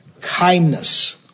kindness